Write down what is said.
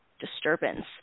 disturbance